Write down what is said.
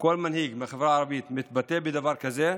כל מנהיג מהחברה הערבית מתבטא בדבר כזה,